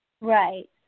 Right